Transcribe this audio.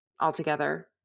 altogether